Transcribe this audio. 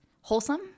wholesome